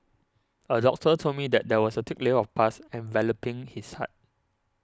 a doctor told me that there was a thick layer of pus enveloping his heart